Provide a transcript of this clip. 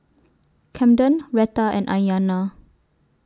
Kamden Retta and Aiyana